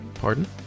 pardon